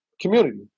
community